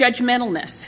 Judgmentalness